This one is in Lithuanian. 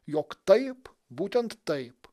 jog taip būtent taip